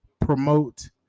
promote